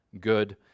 good